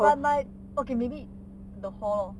but my okay maybe the hall